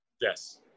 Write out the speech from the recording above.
yes